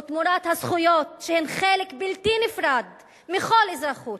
תמורת הזכויות שהן חלק בלתי נפרד מכל אזרחות.